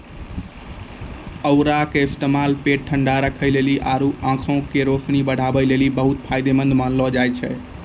औरा के इस्तेमाल पेट ठंडा राखै लेली आरु आंख के रोशनी बढ़ाबै लेली बहुते फायदामंद मानलो जाय छै